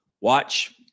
Watch